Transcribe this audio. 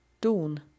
Dawn